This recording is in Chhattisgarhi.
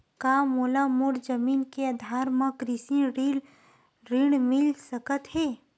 का मोला मोर जमीन के आधार म कृषि ऋण मिल सकत हे?